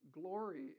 Glory